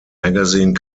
magazine